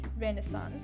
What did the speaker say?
Renaissance